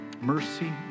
mercy